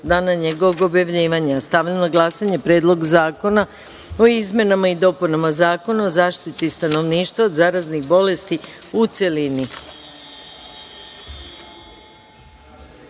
dana njegovog objavljivanja. Stavljam na glasanje Predlog zakona o izmenama i dopunama Zakona o zaštiti stanovništva od zaraznih bolesti, u